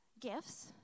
gifts